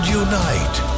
unite